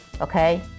okay